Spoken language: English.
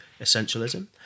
essentialism